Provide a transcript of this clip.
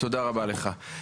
תודה רבה לך.